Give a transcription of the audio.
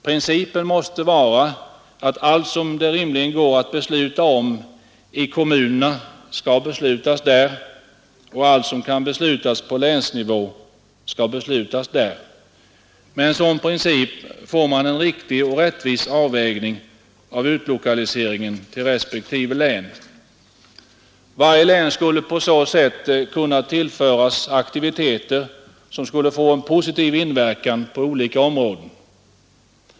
Principen måste vara att allt som det rimligen går att besluta om i kommunerna skall beslutas där och allt som kan beslutas på länsnivå skall beslutas där. Med en sådan princip får man en riktig och rättvis avvägning av utlokaliseringen till respektive län. Varje län skulle på så sätt kunna tillföras aktiviteter som skulle få en positiv inverkan på olika områden.